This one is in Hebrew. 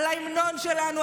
על ההמנון שלנו,